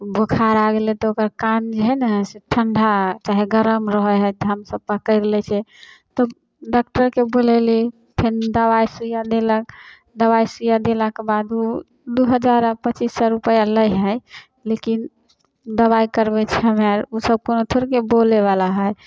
बोखार आ गेलै तऽ ओकर काम जे है ने से ठंडा चाहे गरम रहे है तऽ हमसब पकैड़ि लै छियै तऽ डॉक्टरके बुलैलि फेर दबाइ सुइया देलक दबाइ सुइया देलाके बादो दू हजार आ पचीस सए रुपैआ लै है लेकिन दबाइ करबै छियै हमरा आर ओसब कोनो थोड़बे बोलै बला है